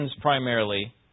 primarily